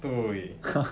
对